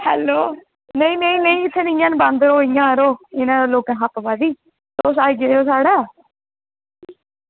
hello नेईं नेईं नेईं इत्थें निं हैन बंदर ओह् यरो इंया इनें लोकें खप्प पाई दी तुस आई जायो साढ़े